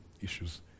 issues